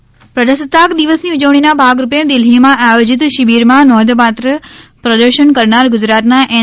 C સન્માન પ્રજાસ્તાક દિવસની ઉજવણીના ભાગરૂપે દિલ્હીમાં આદ્યોજીત શીબીરમાં નોંધપાત્ર પ્રદંશન કરનાર ગુજરાતના એન